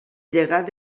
llegat